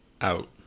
out